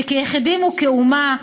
שכיחידים וכאומה,